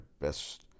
Best